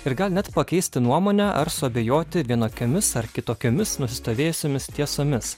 ir gal net pakeisti nuomonę ar suabejoti vienokiomis ar kitokiomis nusistovėjusiomis tiesomis